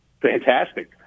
fantastic